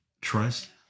trust